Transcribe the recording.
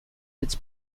its